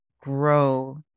grow